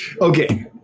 Okay